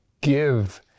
give